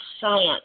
science